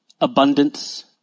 abundance